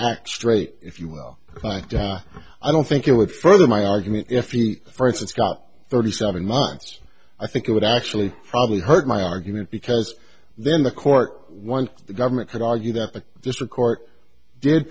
act straight if you will i don't think it would further my argument if you for instance got thirty seven months i think it would actually probably hurt my argument because then the court one the government could argue that the district court did